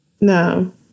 No